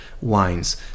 wines